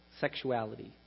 Sexuality